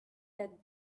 that